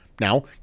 Now